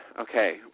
Okay